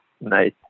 Nice